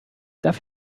darf